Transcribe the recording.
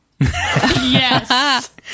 Yes